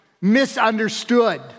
misunderstood